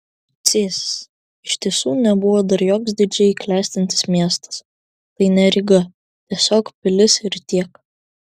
cėsis iš tiesų nebuvo dar joks didžiai klestintis miestas tai ne ryga tiesiog pilis ir tiek